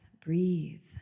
Breathe